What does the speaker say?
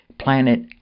planet